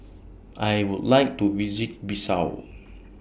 I Would like to visit Bissau